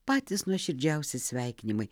patys nuoširdžiausi sveikinimai